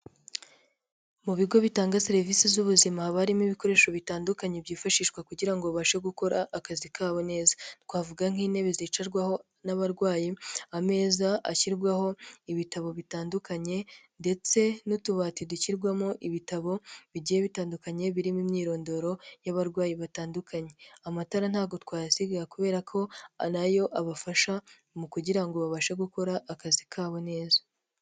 Mu bigo bitanga serivisi z'ubuzima haba barimo ibikoresho bitandukanye byifashishwa kugira ngo babashe gukora akazi kabo neza. Twavuga nk'intebe zicarwaho n'abarwayi, ameza ashyirwaho ibitabo bitandukanye, ndetse n'utubati dushyirwamo ibitabo bigiye bitandukanye birimo imyirondoro y'abarwayi batandukanye. Amatara ntago twayasiga kubera ko nayo abafasha mu kugira ngo babashe gukora akazi kabo neza.